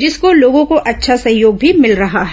जिसको लोगों का अच्छा सहयोग भी मिल रहा है